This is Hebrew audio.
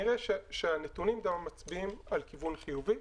נראה שהנתונים גם מצביעים על כיוון חיובי.